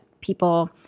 people